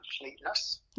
completeness